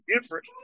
different